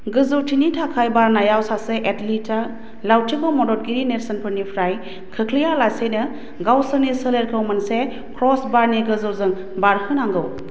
गोजौथिनि थाखाय बारनायाव सासे एथलिटआ लावथिखौ मददगिरि नेरसोनफोरनिफ्राय खोख्लैयालासेनो गावसोरनि सोलेरखौ मोनसे क्रसबारनि गोजौजों बारहोनांगौ